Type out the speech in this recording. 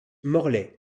morlaix